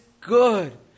good